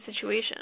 situation